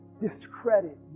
discredit